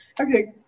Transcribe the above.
okay